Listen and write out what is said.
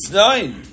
nine